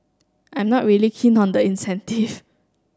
I'm not really keen on the incentive